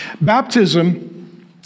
Baptism